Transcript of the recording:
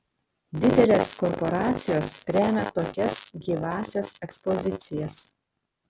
didelės korporacijos remia tokias gyvąsias ekspozicijas